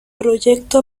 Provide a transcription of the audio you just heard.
proyecto